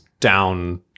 down